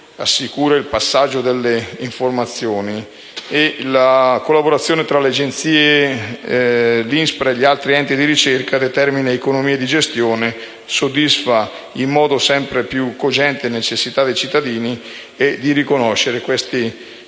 assicura il passaggio delle informazioni e la collaborazione tra le Agenzie, l'ISPRA e gli altri enti di ricerca, determina economie di gestione, soddisfa una sempre più cogente le necessità dei cittadini di riconoscere questi istituti